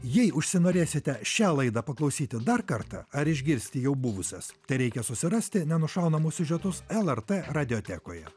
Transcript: jei užsinorėsite šią laidą paklausyti dar kartą ar išgirsti jau buvusias tereikia susirasti nenušaunamus siužetus lrt radiotekoje